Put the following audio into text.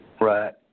right